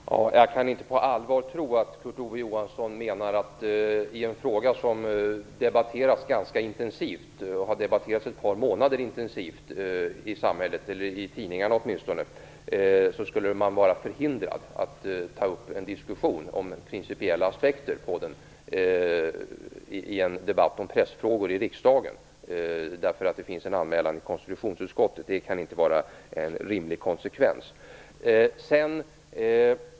Fru talman! Jag kan inte på allvar tro att Kurt Ove Johansson menar att man skulle vara förhindrad att ta upp en diskussion om principiella aspekter i en debatt om pressfrågor i riksdagen i en fråga som har debatterats intensivt ett par månader i samhället, åtminstone i tidningarna, därför att det finns en anmälan till konstitutionsutskottet. Det kan inte vara en rimlig konsekvens.